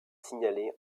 signalé